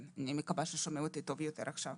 אני מקווה ששומעים אותי טוב יותר עכשיו.